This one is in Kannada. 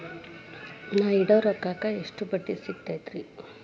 ನಾ ಇಡೋ ರೊಕ್ಕಕ್ ಎಷ್ಟ ಬಡ್ಡಿ ಸಿಕ್ತೈತ್ರಿ?